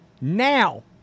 Now